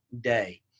day